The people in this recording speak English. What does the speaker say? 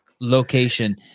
location